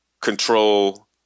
control